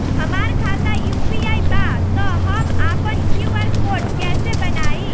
हमार खाता यू.पी.आई बा त हम आपन क्यू.आर कोड कैसे बनाई?